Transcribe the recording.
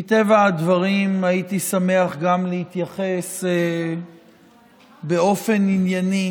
מטבע הדברים הייתי שמח גם להתייחס באופן ענייני